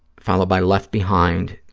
followed by left behind,